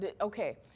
okay